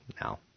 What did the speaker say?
now